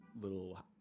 little